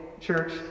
Church